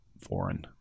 foreign